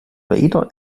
vader